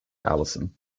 allison